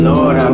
Lord